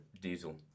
Diesel